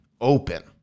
open